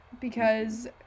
Because-